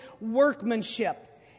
workmanship